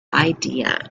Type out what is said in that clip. idea